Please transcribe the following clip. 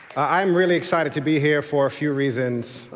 i'm really excited to be here for a few reasons.